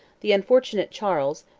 the unfortunate charles,